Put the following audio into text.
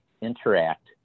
interact